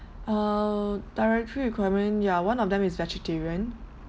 uh dietary requirement ya one of them is vegetarian